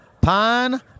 Pine